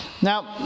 now